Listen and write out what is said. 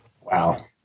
Wow